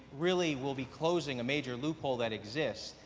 really will be closing a major loophole that exists,